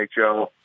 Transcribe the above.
NHL